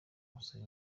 musabe